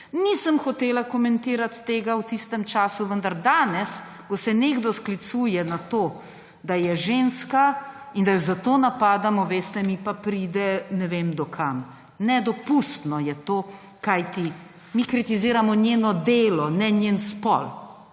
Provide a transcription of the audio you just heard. Nisem hotela komentirati tega v tistem času, vendar danes, ko se nekdo sklicuje na to, da je ženska in da jo zato napadamo, veste, mi pa pride do ne vem kam. Nedopustno je to, kajti mi kritiziramo njeno delo, ne njenega spola